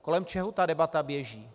Kolem čeho ta debata běží?